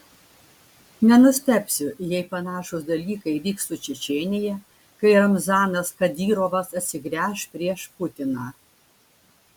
nenustebsiu jei panašūs dalykai vyks su čečėnija kai ramzanas kadyrovas atsigręš prieš putiną